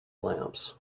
lamps